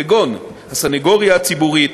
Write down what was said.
כגון הסנגוריה הציבורית,